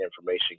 information